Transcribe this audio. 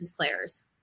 players